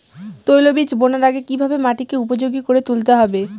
তৈলবীজ বোনার আগে কিভাবে মাটিকে উপযোগী করে তুলতে হবে?